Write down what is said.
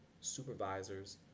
supervisors